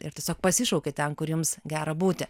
ir tiesiog pasišaukė ten kur jums gera būti